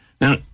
Now